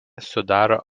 sudaro